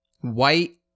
white